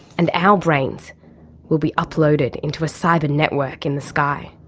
and our brains will be uploaded into a cyber network in the sky.